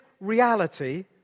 reality